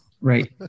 Right